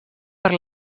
per